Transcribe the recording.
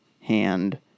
hand